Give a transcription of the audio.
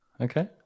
okay